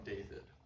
David